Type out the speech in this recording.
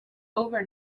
over